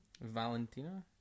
Valentina